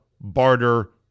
barter